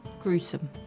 Gruesome